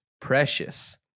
Precious